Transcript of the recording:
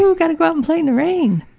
gotta go out and play in the rain!